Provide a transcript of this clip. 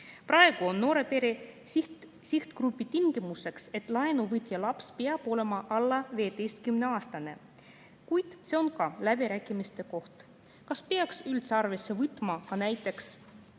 Praegu on noore pere sihtgrupi tingimuseks, et laenuvõtja laps peab olema alla 15-aastane, kuid ka see on läbirääkimiste koht, kas peaks üldse arvesse võtma ka näiteks